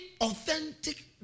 authentic